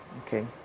Okay